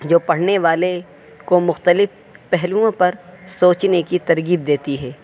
جو پڑھنے والے کو مختلف پہلوؤں پر سوچنے کی ترغیب دیتی ہے